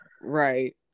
Right